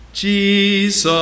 Jesus